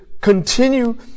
continue